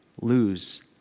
lose